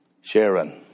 Sharon